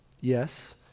yes